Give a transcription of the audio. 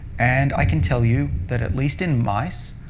and i can tell you that, at least in mice,